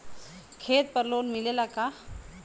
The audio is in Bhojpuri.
खेत पर लोन मिलेला का?